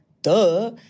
Duh